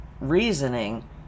reasoning